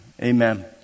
Amen